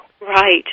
Right